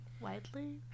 widely